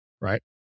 right